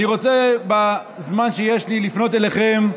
אני רוצה, בזמן שיש לי, לפנות אליכם,